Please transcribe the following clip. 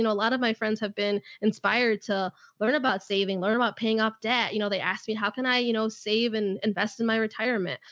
lot of my friends have been inspired to learn about saving, learn about paying off debt. you know, they asked me, how can i, you know. save and invest in my retirement.